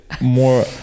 more